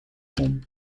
kom